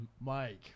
Mike